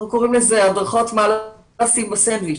אנחנו קוראים לזה הדרכות מה לא לשים בסנדוויץ'.